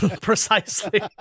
precisely